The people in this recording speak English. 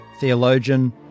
theologian